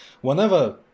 Whenever